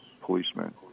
policeman